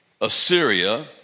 Assyria